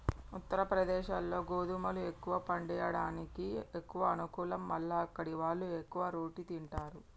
ఉత్తరప్రదేశ్లో గోధుమలు ఎక్కువ పండియడానికి ఎక్కువ అనుకూలం మల్ల అక్కడివాళ్లు ఎక్కువ రోటి తింటారు